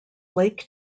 lake